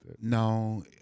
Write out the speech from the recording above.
No